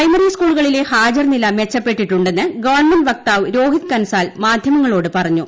primary സ്കൂളുകളിലെ ഹാജർനില മെച്ചപ്പെട്ടിട്ടുണ്ടെന്ന് ഗവൺമെന്റ് വക്താവ് രോഹിത് കൻസാൽ മാധ്യമങ്ങളോട് പറഞ്ഞു